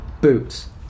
Boots